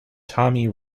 tommy